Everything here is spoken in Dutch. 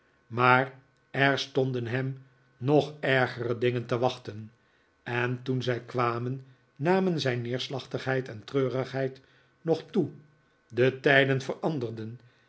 maar er stonden hem nog ergere dingen te wachten en toen zij kwamen namen zijn neerslachtigheid en treurigheid nog toe de tijden